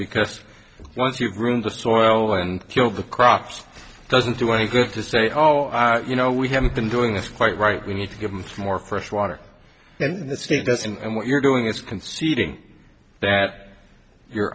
because once you've ruined the soil and killed the crocs doesn't do any good to say oh i you know we haven't been doing this quite right we need to give them more fresh water and the state does and what you're doing is conceding that you're